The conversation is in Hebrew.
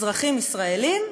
אזרחים ישראלים,